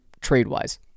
trade-wise